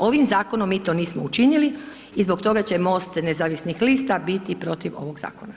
Ovim zakonom mi to nismo učinili i zbog toga će MOST Nezavisnih lista biti protiv ovog zakona.